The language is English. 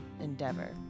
endeavor